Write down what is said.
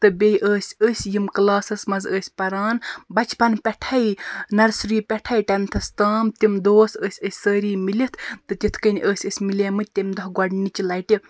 تہٕ بیٚیہِ ٲسۍ أسۍ یم کٔلاسَس منٛز ٲسۍ پَران بَچپَنہٕ پیٚٹھٕے نَرسٔری پیٚٹھٕے ٹینتھس تام تِم دوس ٲسۍ أسۍ سٲری میٖلِتھ تہٕ تِتھٕ کٔنۍ ٲسۍ أسۍ میلیمٕتۍ تَمہِ دۄہ گۄڈٕنِچہِ لَٹہِ